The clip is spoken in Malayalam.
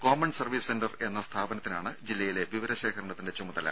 കോമൺ സർവീസ് സെന്റർ എന്ന സ്ഥാപനത്തിനാണ് ജില്ലയിലെ വിവരശേഖരണത്തിന്റെ ചുമതല